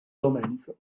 domenico